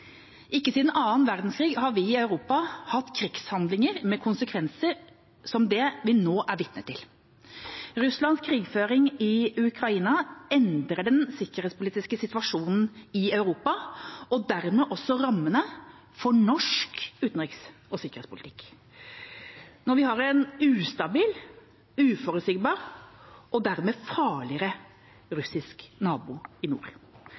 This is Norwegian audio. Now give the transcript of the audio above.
Ikke siden annen verdenskrig har vi i Europa hatt krigshandlinger med konsekvenser som det vi nå er vitne til. Russlands krigføring i Ukraina endrer den sikkerhetspolitiske situasjonen i Europa og dermed også rammene for norsk utenriks- og sikkerhetspolitikk. Nå har vi en ustabil, uforutsigbar og dermed farligere russisk nabo i nord.